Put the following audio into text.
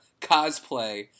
cosplay